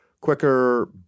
quicker